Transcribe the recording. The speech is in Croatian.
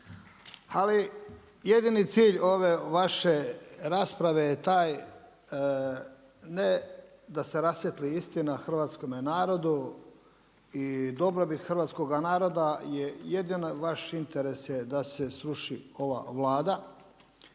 Ali jedini cilj ove vaše rasprave je taj ne da se rasvijetli istina hrvatskome narodu i dobrobit hrvatskog naroda je jedino vaš interes je da se sruši ova Vlada